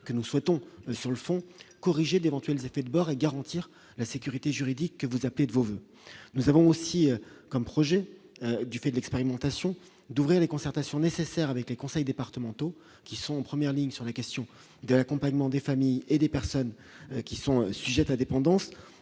que nous souhaitons, sur le fond, corriger d'éventuelles c'était de bord et garantir la sécurité juridique que vous appelez de vos voeux, nous avons aussi comme projet du fait d'expérimentation, d'ouvrir les concertations nécessaires avec les conseils départementaux qui sont en première ligne sur la question de l'accompagnement des familles et des personnes qui sont sujettes à dépendance